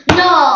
no